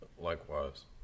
Likewise